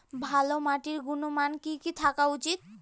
ভালো মাটির গুণমান কি কি থাকা উচিৎ?